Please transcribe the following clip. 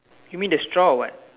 you mean the straw or what